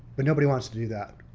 but nobody wants to do that.